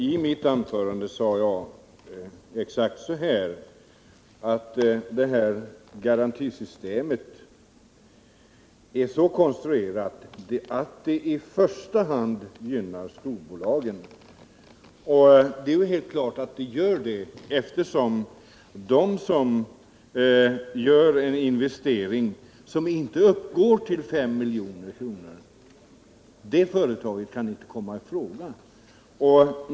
Herr talman! I mitt förra anförande sade jag att det här garantisystemet är så konstruerat att det i första hand gynnar storbolagen. Det är helt klart att så är fallet eftersom de företag som investerar för mindre än 5 milj.kr. inte kan komma i fråga.